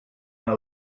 pas